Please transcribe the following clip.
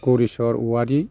गौरेसर औवारि